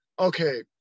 okay